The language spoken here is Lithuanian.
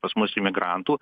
pas mus imigrantų